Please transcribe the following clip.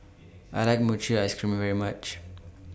I like Mochi Ice Cream very much